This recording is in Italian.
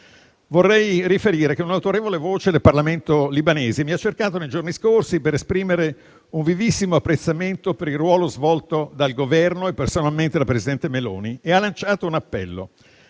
Vorrei riferire che un autorevole voce del Parlamento libanese mi ha cercato nei giorni scorsi per esprimere un vivissimo apprezzamento per il ruolo svolto dal Governo e, personalmente, dal presidente Meloni e ha lanciato un appello,